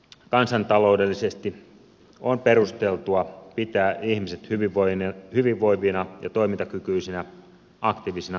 kansantaloudellisesti on perusteltua pitää ihmiset hyvinvoivina ja toimintakykyisinä aktiivisina kansalaisina